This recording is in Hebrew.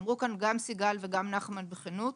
אמרו כאן גם סיגל וגם נחמן בכנות,